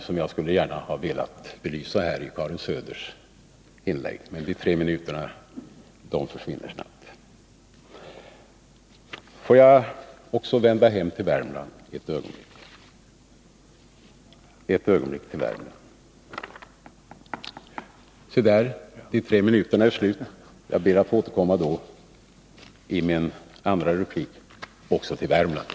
Det fanns också andra ting i Karin Söders inlägg som jag gärna skulle ha velat belysa här, men de tre minuterna försvinner snabbt.